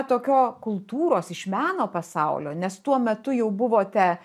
tokio kultūros iš meno pasaulio nes tuo metu jau buvote